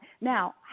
Now